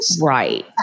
Right